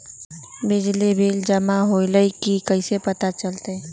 बिजली के बिल जमा होईल ई कैसे पता चलतै?